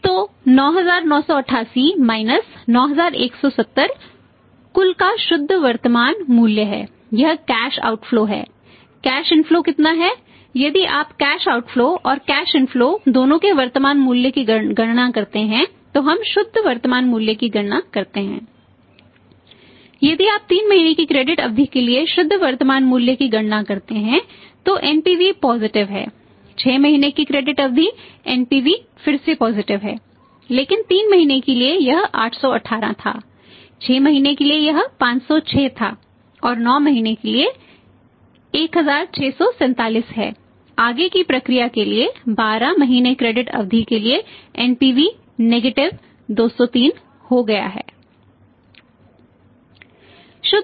तो 9988 9170 कुल का शुद्ध वर्तमान मूल्य है यह कैश आउटफ्लो 203 हो गया है